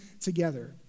together